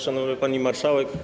Szanowna Pani Marszałek!